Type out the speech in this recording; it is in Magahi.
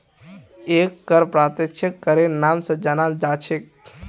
एक कर अप्रत्यक्ष करेर नाम स जानाल जा छेक